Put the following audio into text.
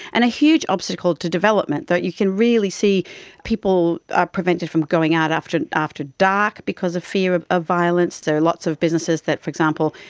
and a huge obstacle to development. you can really see people are prevented from going out after after dark because of fear of ah violence, there are lots of businesses that, for example,